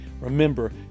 remember